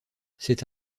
c’est